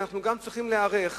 ואנחנו גם צריכים להיערך,